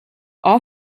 all